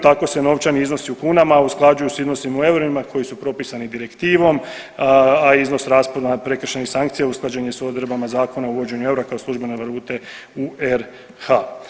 Tako se novčani iznosi u kunama usklađuju sa iznosima u eurima koji su propisani direktivom, a iznos raspona prekršajnih sankcija usklađen je sa odredbama Zakona o uvođenju eura kao službene valute u RH.